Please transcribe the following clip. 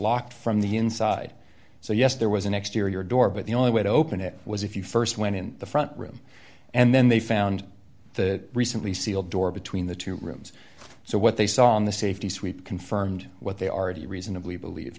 locked from the inside so yes there was an exterior door but the only way to open it was if you st went in the front room and then they found the recently sealed door between the two rooms so what they saw in the safety suite confirmed what they already reasonably believe